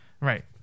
Right